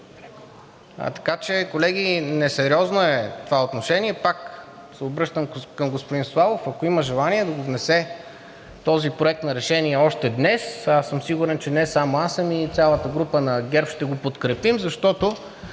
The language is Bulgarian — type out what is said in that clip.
Така че, колеги, несериозно е това отношение. Пак се обръщам към господин Славов, ако има желание, да го внесе този проект на решение още днес. Аз съм сигурен, че не само аз, а и цялата група на ГЕРБ ще го подкрепим, защото